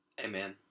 Amen